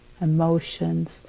emotions